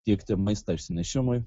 tiekti maistą išsinešimui